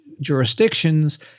jurisdictions